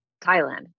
Thailand